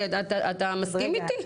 אתה מסכים איתי?